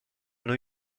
new